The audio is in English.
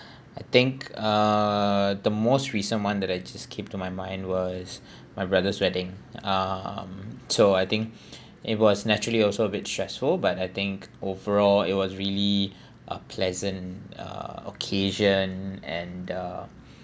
I think err the most recent [one] that I just keep to my mind was my brother's wedding um so I think it was naturally also a bit stressful but I think overall it was really a pleasant ah occasion and uh